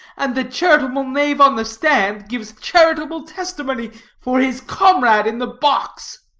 and the charitable knave on the stand gives charitable testimony for his comrade in the box.